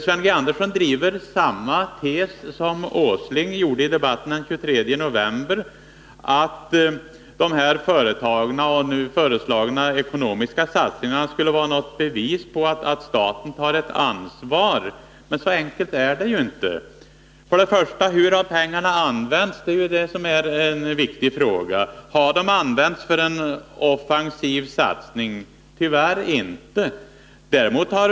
Sven Andersson driver samma tes som Nils Åsling gjorde i debatten den 23 november, nämligen att de vidtagna och föreslagna ekonomiska satsningarna skulle vara ett bevis för att staten tar ett ansvar. Men så enkelt är det ju inte. För det första: Hur har pengarna använts? Det är ju den viktiga frågan. Har de använts för en offensiv satsning? Tyvärr inte.